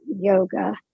yoga